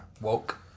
woke